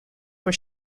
were